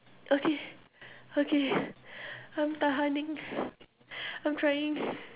okay okay I'm tahaning I'm trying